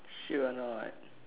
sure a not